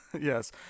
yes